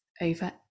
over